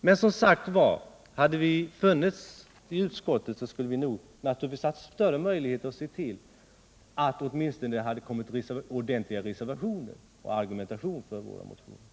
Men, som sagt var, hade vi varit med i utskotten skulle vi naturligtvis haft större möjligheter att se till att det åtminstone hade avgivits ordentliga reservationer, och vi hade då också kunnat argumentera för våra motioner.